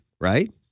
Right